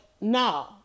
no